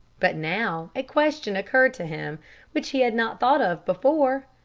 but now a question occurred to him which he had not thought of before.